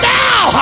now